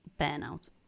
burnout